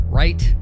right